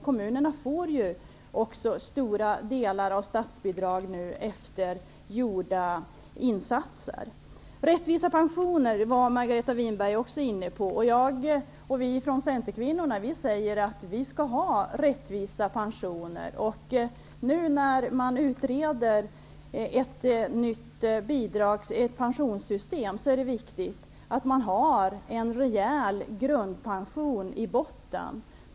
Kommunerna får stora delar av statsbidraget efter gjorda insatser. Margareta Winberg talade om rättvisa pensioner. Vi centerkvinnor säger att vi skall ha rättvisa pensioner. Nu utreder man ett nytt pensionssystem. Det är viktigt att det kommer att finnas en rejäl grundpension i botten.